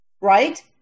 Right